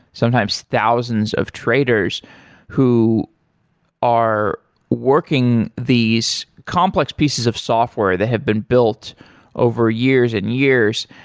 sometimes thousands of traders who are working these complex pieces of software that have been built over years and years.